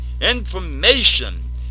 information